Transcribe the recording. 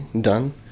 done